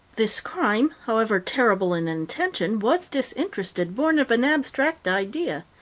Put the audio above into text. this crime, however terrible in intention, was disinterested, born of an abstract idea.